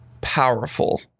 powerful